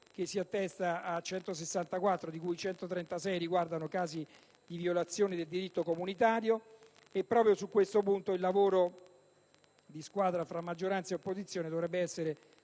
che si attesta a 164, 136 riguardano casi di violazione del diritto comunitario; proprio su questo punto il lavoro di squadra tra maggioranza e opposizione dovrebbe essere